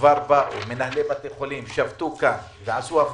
כשכבר באו מנהלי בתי חולים ושבתו כאן והפגינו.